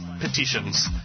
petitions